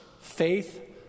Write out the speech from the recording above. faith